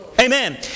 Amen